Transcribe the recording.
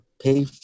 pay